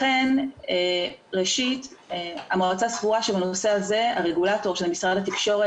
לכן ראשית המועצה סבורה שבנושא הזה הרגולטור שזה משרד התקשורת